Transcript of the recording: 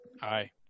Hi